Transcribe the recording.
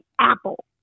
Apple